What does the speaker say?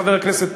חבר הכנסת טיבי,